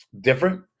different